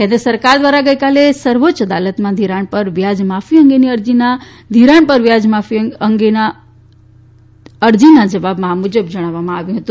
કેન્દ્ર સરકાર દ્વારા ગઇકાલે સર્વોચ્ય અદાલતમાં ઘિરાણ પર વ્યાજ માફી અંગેની અરજીના જવાબમાં આ મુજબ જણાવવામાં આવ્યું છે